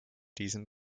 diesem